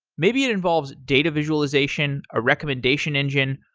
maybe it involves data visualization, a recommendation engine,